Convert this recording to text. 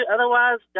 Otherwise